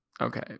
okay